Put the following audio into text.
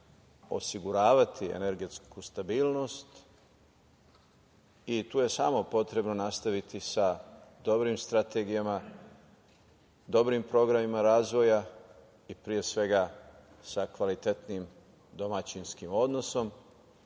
osiguravati energetsku stabilnost i tu je samo potrebno nastaviti sa dobrim strategijama, dobrim programima razvoja i pre svega sa kvalitetnim domaćinskim odnosom,